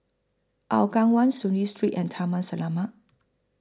Hougang one Soon Lee Street and Taman Selamat